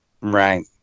Right